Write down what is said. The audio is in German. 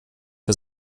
für